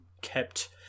kept